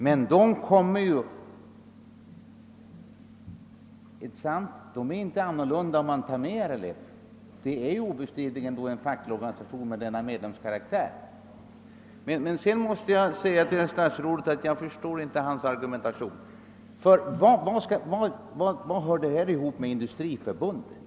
Men dessa problem uppstår väl även om man inte tar med RLF, som obestridligen är en facklig organisation med den medlemsstruktur som jag angivit. Men sedan måste jag säga att jag inte förstår herr stasrådets argumentation. Vad har Industriförbundet med detta att göra?